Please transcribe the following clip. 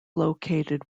located